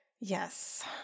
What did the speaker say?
Yes